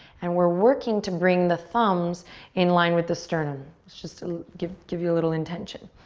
and we're working to bring the thumbs in line with the sternum. just give give you a little intention.